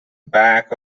back